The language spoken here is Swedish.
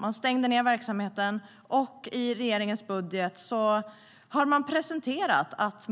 Man stängde ned verksamheten, och i regeringens budget som presenterades